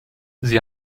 sie